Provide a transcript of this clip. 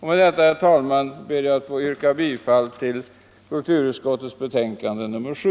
Med detta, herr talman, ber jag att få yrka bifall till kulturutskottets betänkande nr 7.